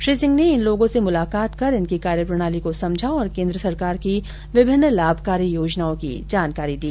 श्री सिंह ने इन लोगों से मुलाकात कर इनकी कार्य प्रणाली को समझा और केन्द्र सरकार की विभिन्न लाभकारी योजनाओं की जानकारी दी